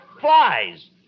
flies